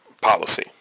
policy